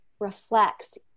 reflects